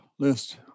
list